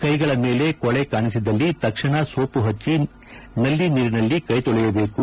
ಕೈಗಳ ಮೇಲೆ ಕೊಳೆ ಕಾಣಿಸಿದಲ್ಲಿ ತಕ್ಷಣ ಸೋಪು ಹಚ್ಚಿ ನಲ್ಲಿ ನೀರಿನಲ್ಲಿ ಕೈತೊಳೆಯಬೇಕು